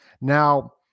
now